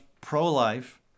pro-life